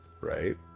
Right